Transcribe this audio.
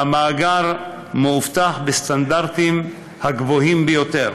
והמאגר מאובטח בסטנדרטים הגבוהים ביותר,